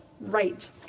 right